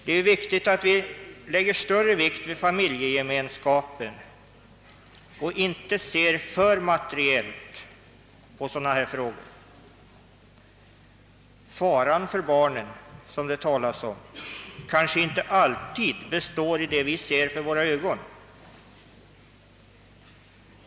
Det är angeläget att vi lägger större vikt vid familjegemenskapen och inte anlägger en alltför materiell syn på de olika frågorna. Faran för barnen, som det talas om, kanske inte alltid består i vad vi ser för våra ögon.